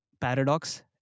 paradox